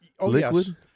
liquid